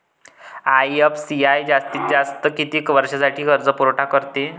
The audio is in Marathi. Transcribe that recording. आय.एफ.सी.आय जास्तीत जास्त किती वर्षासाठी कर्जपुरवठा करते?